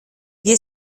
wir